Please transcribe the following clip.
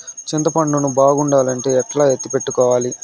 చింతపండు ను బాగుండాలంటే ఎట్లా ఎత్తిపెట్టుకోవాలి?